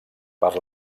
per